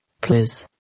please